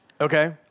Okay